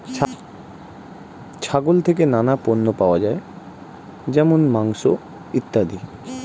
ছাগল থেকে নানা পণ্য পাওয়া যায় যেমন মাংস, ইত্যাদি